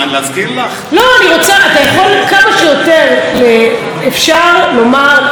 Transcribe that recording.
כמה שיותר אפשר לומר על שר האוצר,